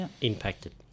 impacted